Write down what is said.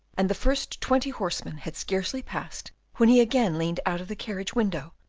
and the first twenty horsemen had scarcely passed when he again leaned out of the carriage window,